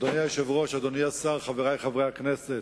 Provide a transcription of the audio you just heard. אדוני היושב-ראש, אדוני השר, חברי חברי הכנסת,